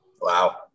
Wow